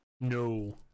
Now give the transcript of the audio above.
No